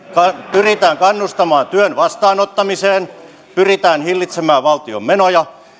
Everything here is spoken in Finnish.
pyritään kannustamaan työn vastaanottamiseen pyritään hillitsemään valtion menoja